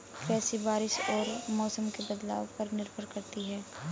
कृषि बारिश और मौसम के बदलाव पर निर्भर करती है